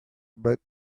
back